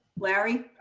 larry.